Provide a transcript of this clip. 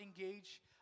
engage